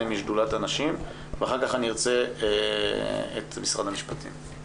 משדולת הנשים ואחר כך אני ארצה לשמוע את משרד המשפטים.